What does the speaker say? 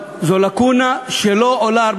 אבל זו לקונה שהתיקון